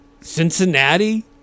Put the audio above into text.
Cincinnati